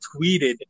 tweeted